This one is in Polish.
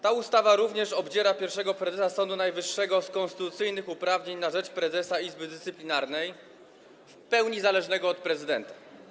Ta ustawa również obdziera pierwszego prezesa Sądu Najwyższego z konstytucyjnych uprawnień na rzecz prezesa Izby Dyscyplinarnej, w pełni zależnego od prezydenta.